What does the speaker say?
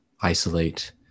isolate